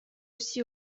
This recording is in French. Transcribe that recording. aussi